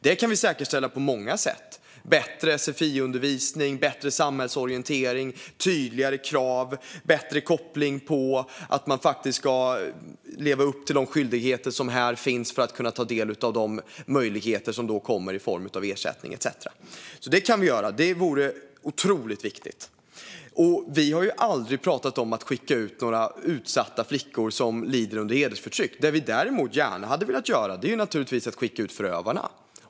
Vi kan säkerställa det på många sätt: genom bättre sfi-undervisning, bättre samhällsorientering, tydligare krav och bättre koppling i fråga om att leva upp till de skyldigheter som finns här för att få ta del av de möjligheter som kommer i form av ersättningar etcetera. Det kan vi göra. Det vore otroligt viktigt. Vi har aldrig pratat om att skicka ut flickor som är utsatta för och lider under hedersförtryck. Däremot skulle vi gärna vilja skicka ut förövarna.